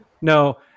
No